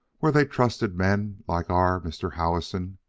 were they trusted men like our mr. howison?